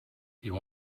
you